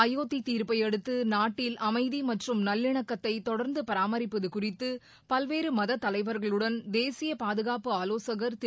அயோத்தி தீர்ப்பையடுத்து நாட்டில் அமைதி மற்றும் நல்லிணக்கத்தை தொடர்ந்து பராமரிப்பது குறித்து பல்வேறு மத தலைவர்களுடன் தேசிய பாதுகாப்பு ஆவோசகள் திரு